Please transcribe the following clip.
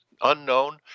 unknown